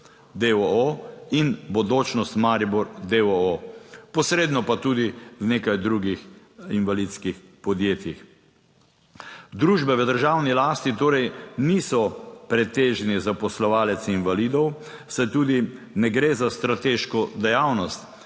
in Bodočnost Maribor d. o. o., posredno pa tudi v nekaj drugih invalidskih podjetjih. Družbe v državni lasti torej niso pretežni zaposlovalec invalidov. Saj tudi ne gre za strateško dejavnost,